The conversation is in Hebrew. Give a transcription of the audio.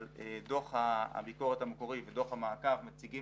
אבל דוח הביקורת המקורי ודוח המעקב מציגים